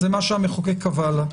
זה מה שהמחוקק קבע לה.